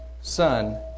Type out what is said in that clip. son